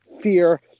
fear